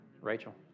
Rachel